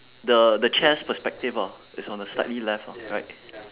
the the chair's perspective hor is on the slightly left hor right